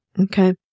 Okay